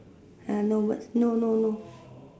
ah no words no no no